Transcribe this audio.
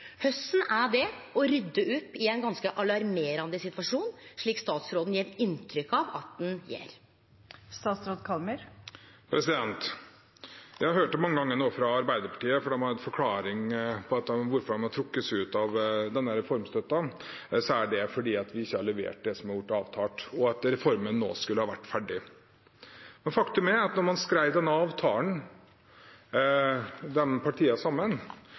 er det å rydde opp i ein ganske alarmerande situasjon, slik statsråden gjev inntrykk av at han gjer? Jeg har hørt det mange ganger nå fra Arbeiderpartiet – at de må ha en forklaring på hvorfor de har trukket seg fra denne reformstøtten. Det er fordi vi ikke har levert det som har vært avtalt, og fordi reformen nå skulle ha vært ferdig. Men faktum er at da man skrev denne avtalen – disse partiene sammen